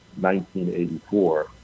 1984